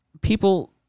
people